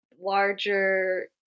larger